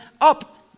Up